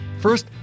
First